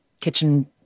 kitchen